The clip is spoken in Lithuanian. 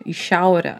į šiaurę